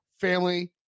family